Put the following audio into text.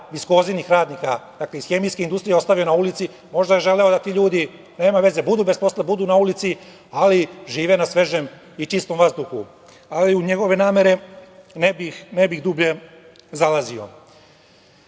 „Viskozinih“ radnika, dakle iz hemijske industrije, ostavio na ulici, možda je želeo da ti ljudi, nema veze, budu bez posla, budu na ulici, ali žive na svežem i čistom vazduhu. Ali, u njegove namere ne bih dublje zalazio. Ja